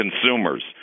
consumers